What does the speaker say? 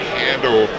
handle